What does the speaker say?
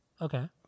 okay